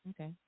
Okay